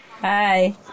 Hi